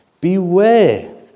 Beware